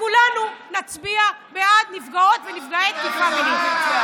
וכולנו נצביע בעד נפגעות ונפגעי תקיפה מינית.